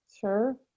Sure